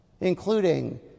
including